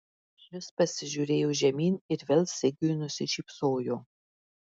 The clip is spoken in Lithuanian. šis pasižiūrėjo žemyn ir vėl sigiui nusišypsojo